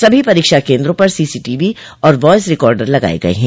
सभी परीक्षा केन्द्रों पर सीसी टीवी और वॉयस रिकार्डर लगाये गये हैं